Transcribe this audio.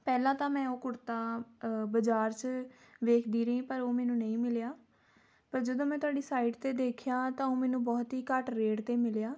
ਪਹਿਲਾਂ ਤਾਂ ਮੈਂ ਉਹ ਕੁੜਤਾ ਬਾਜ਼ਾਰ 'ਚ ਵੇਖਦੀ ਰਹੀ ਪਰ ਉਹ ਮੈਨੂੰ ਨਹੀਂ ਮਿਲਿਆ ਪਰ ਜਦੋਂ ਮੈਂ ਤੁਹਾਡੀ ਸਾਈਟ 'ਤੇ ਦੇਖਿਆ ਤਾਂ ਉਹ ਮੈਨੂੰ ਬਹੁਤ ਹੀ ਘੱਟ ਰੇਟ 'ਤੇ ਮਿਲਿਆ